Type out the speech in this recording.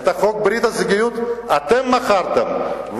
את חוק ברית הזוגיות אתם מכרתם,